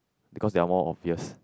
because they are more obvious